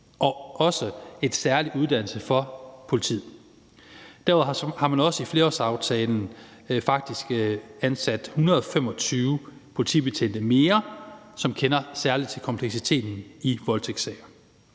og også med en særlig uddannelse for politiet. Derudover har man også i flerårsaftalen faktisk ansat 125 politibetjente mere, som særlig kender til kompleksiteten i voldtægtssager.